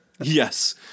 Yes